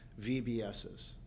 VBSs